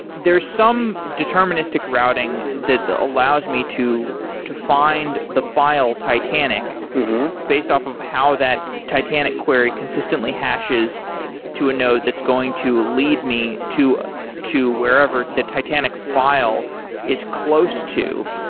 there are some deterministic routing that allows me to to find the file titanic based off of how that titanic query consistently hashes to a node that's going to lead me to to wherever the titanic file is close to.